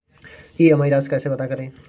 EMI राशि कैसे पता करें?